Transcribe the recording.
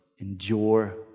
endure